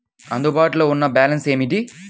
అందుబాటులో ఉన్న బ్యాలన్స్ ఏమిటీ?